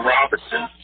Robinson